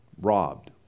robbed